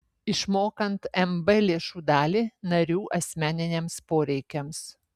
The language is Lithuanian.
išmokant mb lėšų dalį narių asmeniniams poreikiams